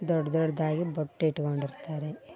ದೊಡ್ಡ ದೊಡ್ಡದಾಗಿ ಬೊಟ್ಟು ಇಟ್ಕೊಂಡಿರ್ತಾರೆ